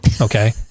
okay